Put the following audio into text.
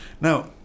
Now